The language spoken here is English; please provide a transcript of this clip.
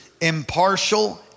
impartial